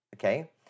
okay